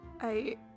I-